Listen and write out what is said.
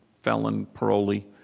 felon, parolee.